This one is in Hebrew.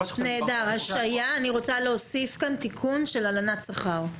אני רוצה להוסיף פה תיקון של הלנת שכר.